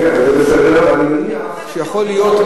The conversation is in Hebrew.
כן, אבל זה בסדר, ואני מניח שיכול להיות,